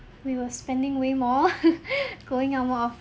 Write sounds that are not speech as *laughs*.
we were spending way more *laughs* going out more often